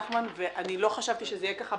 נחמן, ולא חשבתי בהתחלה שזה יהיה כך,